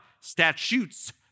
Statutes